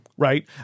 Right